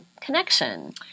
connection